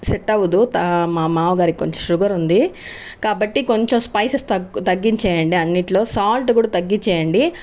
set అవ్వదు మా మామగారికి కొంచెం షుగర్ ఉంది కాబట్టి కొంచెం స్పైసెస్ తక్కువ తగ్గు తగ్గించేయండి అన్నింటిలో సాల్ట్ కూడా తగ్గించేయండి